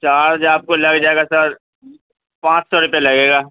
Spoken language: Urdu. چارج آپ کو لگ جائے گا سر پانچ سو روپے لگے گا